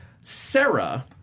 Sarah